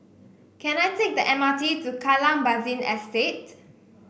can I take the M R T to Kallang Basin Estate